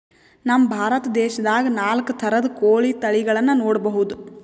ನಮ್ ಭಾರತ ದೇಶದಾಗ್ ನಾಲ್ಕ್ ಥರದ್ ಕೋಳಿ ತಳಿಗಳನ್ನ ನೋಡಬಹುದ್